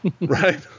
Right